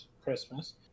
Christmas